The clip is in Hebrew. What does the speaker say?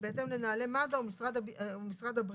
בהתאם לנוהלי מד"א ומשרד הבריאות.